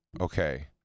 okay